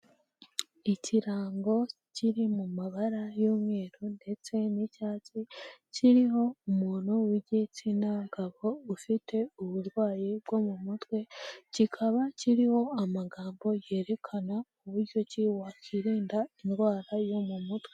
Ikirango kiri mu mabara y'umweru ndetse n'icyatsi kiriho umuntu w'igitsina gabo ufite uburwayi bwo mu mutwe kikaba kiriho amagambo yerekana uburyo ki wakwirinda indwara yo mu mutwe.